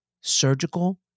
surgical